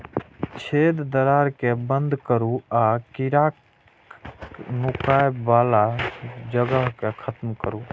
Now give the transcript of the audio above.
छेद, दरार कें बंद करू आ कीड़ाक नुकाय बला जगह कें खत्म करू